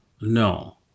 no